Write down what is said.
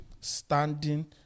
standing